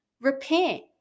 Repent